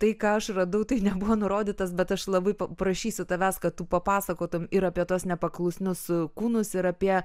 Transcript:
tai ką aš radau tai nebuvo nurodytas bet aš labai paprašysiu tavęs kad tu papasakotum ir apie tuos nepaklusnius kūnus ir apie